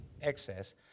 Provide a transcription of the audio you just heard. excess